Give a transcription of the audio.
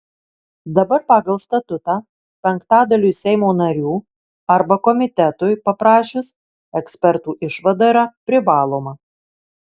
dabar pagal statutą penktadaliui seimo narių arba komitetui paprašius ekspertų išvada yra privaloma